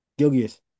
Gilgis